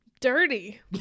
Dirty